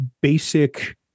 basic